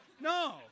No